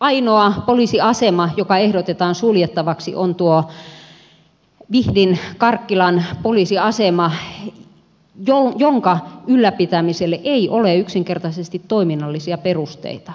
ainoa poliisiasema joka ehdotetaan suljettavaksi on vihdin karkkilan poliisiasema jonka ylläpitämiselle ei ole yksinkertaisesti toiminnallisia perusteita